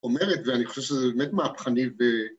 אומרת ואני חושב שזה באמת מהפכני ב...